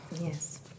Yes